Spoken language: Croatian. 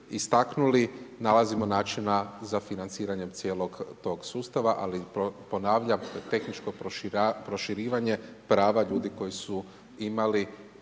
istaknuli nalazimo načina za financiranje cijelog tog sustava ali ponavljam tehničko proširivanje prava ljudi koji su imali